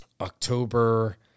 October